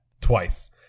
twice